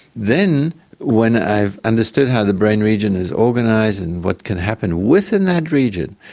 then when i've understood how the brain region is organised and what can happen within that region,